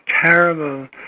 terrible